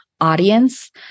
audience